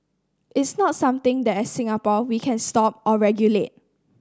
it's not something that as Singapore we can stop or regulate